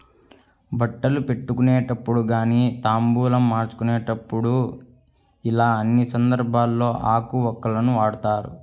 బట్టలు పెట్టుకునేటప్పుడు గానీ తాంబూలాలు మార్చుకునేప్పుడు యిలా అన్ని సందర్భాల్లోనూ ఆకు వక్కలను వాడతారు